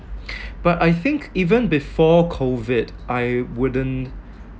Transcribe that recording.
but I think even before COVID I wouldn't